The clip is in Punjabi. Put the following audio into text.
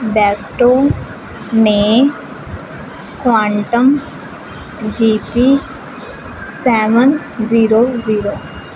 ਬੈਸਟੋ ਨੇ quantum GP seven zero zero